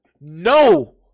No